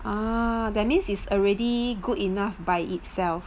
ah that means is already good enough by itself